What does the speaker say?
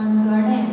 मणगणें